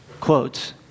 quotes